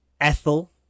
Ethel